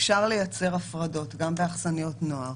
אפשר לייצר הפרדות גם באכסניות נוער